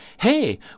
hey